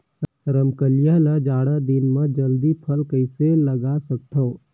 रमकलिया ल जाड़ा दिन म जल्दी फल कइसे लगा सकथव?